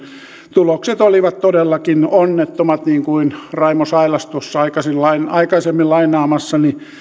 tulokset olivat todellakin onnettomat niin kuin raimo sailas tuossa aikaisemmin lainaamassani